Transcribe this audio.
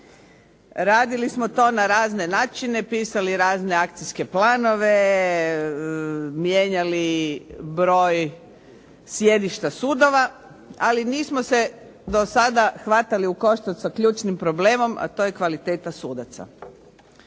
Radili smo to na razne načine, pisali razne akcijske planove, mijenjali broj sjedišta sudova ali nismo se do sada hvatali u koštac sa ključnim problemom a to je kvaliteta sudaca.